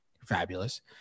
fabulous